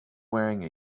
wearing